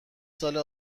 سال